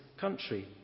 country